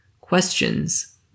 Questions